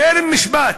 טרם משפט,